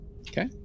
Okay